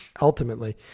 ultimately